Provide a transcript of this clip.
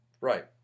Right